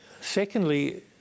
Secondly